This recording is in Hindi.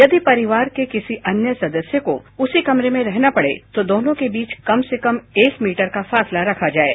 यदि परिवार के किसी अन्य सदस्य को उसी कमरे में रहना पडे तो दोनों के बीच कम से कम एक मीटर का फासला रखा जाये